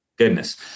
Goodness